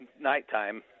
nighttime